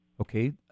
Okay